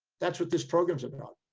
that's what this program is about.